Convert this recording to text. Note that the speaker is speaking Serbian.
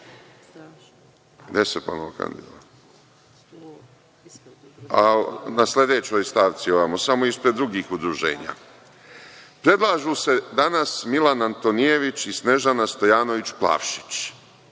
Gde se ponovo kandidovao? Na sledećoj stavci ovamo, samo ispred drugih udruženja. Predlažu se danas Milan Antonijević i Snežana Stojanović Plavšić.